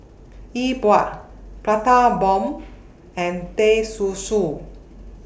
E Bua Prata Bomb and Teh Susu